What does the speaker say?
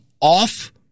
off